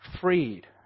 freed